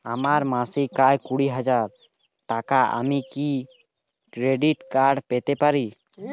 আমার মাসিক আয় কুড়ি হাজার টাকা আমি কি ক্রেডিট কার্ড পেতে পারি?